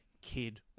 kid